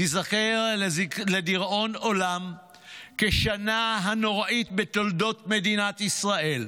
תיזכר לדיראון עולם כשנה הנוראית בתולדות מדינת ישראל.